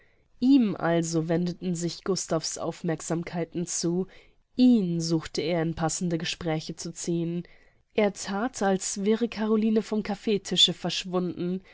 ihm also wendeten sich gustav's aufmerksamkeiten zu ihn suchte er in passende gespräche zu ziehen er that als wäre caroline vom caffeetische verschwunden